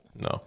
No